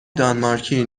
دانمارکی